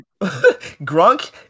Grunk